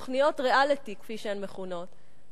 תוכניות ריאליטי כפי שהן מכונות,